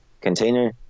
container